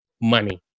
money